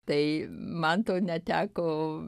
tai man to neteko